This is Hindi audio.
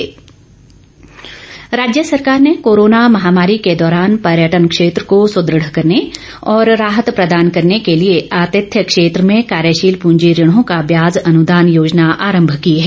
पर्यटन राज्य सरकार ने कोरोना महामारी के दौरान पर्यटन क्षेत्र को सुदृढ़ करने और राहत प्रदान करने के लिए आतिथ्य क्षेत्र में कार्यशील पूंजी ऋणों का व्याज अनुदान योजना आरंभ की है